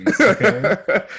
Okay